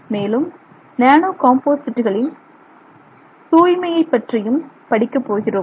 மேலும் நானோ காம்போசிட்டுகளின் தூய்மையைப் பற்றியும் படிக்கக் போகிறோம்